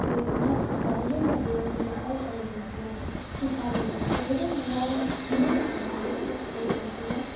मस्तसँ ओहे लऽ हमर सर कहै छलखिन हँ सीखाबै छलखिन हँ ओहे हमरा अनेक प्रकारके टिप्स दै छलखिन हँ